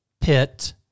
pit